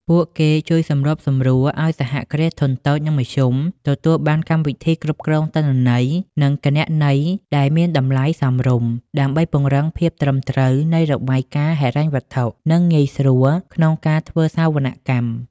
ពួកគេជួយសម្របសម្រួលឱ្យ សហគ្រាសធុនតូច និងមធ្យម ទទួលបានកម្មវិធីគ្រប់គ្រងទិន្នន័យ និងគណនេយ្យដែលមានតម្លៃសមរម្យ ដើម្បីពង្រឹងភាពត្រឹមត្រូវនៃរបាយការណ៍ហិរញ្ញវត្ថុ និងងាយស្រួលក្នុងការធ្វើសវនកម្ម។